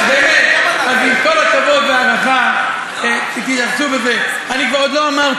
על זה אני מסכים אתך, אבל מה זה